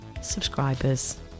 subscribers